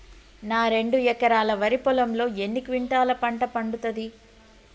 నా రెండు ఎకరాల వరి పొలంలో ఎన్ని క్వింటాలా పంట పండుతది?